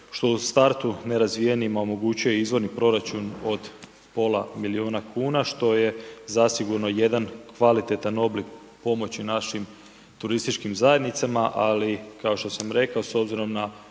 što u startu nerazvijenima omogućuje izvorni proračun od pola milijuna kuna što je zasigurno jedan kvalitetan oblik pomoći našim turističkim zajednicama ali kao što sam rekao, s obzirom na